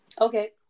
Okay